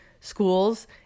schools